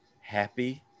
happy